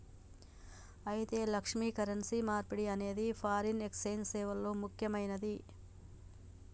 అయితే లక్ష్మి, కరెన్సీ మార్పిడి అనేది ఫారిన్ ఎక్సెంజ్ సేవల్లో ముక్యమైనది